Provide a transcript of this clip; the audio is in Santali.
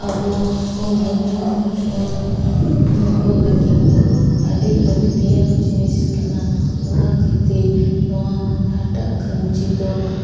ᱟᱵᱚ ᱢᱟᱱᱣᱟ ᱦᱚᱯᱚᱱ ᱠᱚ ᱞᱟᱹᱜᱤᱫ ᱫᱚ ᱟᱹᱰᱤ ᱞᱟᱹᱠᱛᱤᱭᱟᱱ ᱡᱤᱱᱤᱥ ᱠᱟᱱᱟ ᱚᱱᱟ ᱠᱷᱟᱛᱤᱨ ᱱᱚᱣᱟ ᱦᱟᱴᱟᱜ ᱠᱷᱟᱧᱪᱤ ᱫᱚ